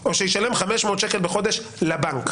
או שהוא ישלם 500 שקל בחודש לבנק,